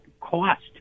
cost